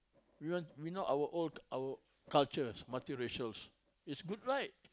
we want you know our old our culture is multiracials it's good right